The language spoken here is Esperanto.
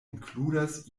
inkludas